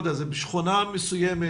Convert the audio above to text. בשכונה מסוימת,